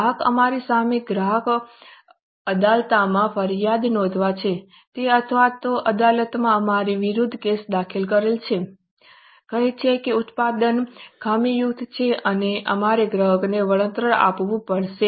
ગ્રાહક અમારી સામે ગ્રાહક અદાલતમાં ફરિયાદ નોંધાવે છે અથવા તો અદાલતમાં અમારી વિરુદ્ધ કેસ દાખલ કરે છે કહે છે કે આ ઉત્પાદન ખામીયુક્ત છે અને અમારે ગ્રાહકને વળતર આપવું પડશે